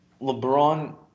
LeBron